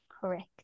Correct